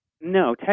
No